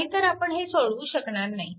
नाही तर आपण हे सोडवू शकणार नाही